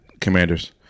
Commanders